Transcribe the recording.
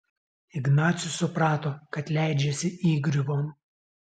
ignacius suprato kad leidžiasi įgriuvon